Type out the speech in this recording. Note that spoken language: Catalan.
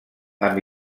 amb